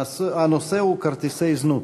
הנושא הוא: כרטיסי זנות.